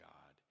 God